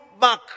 back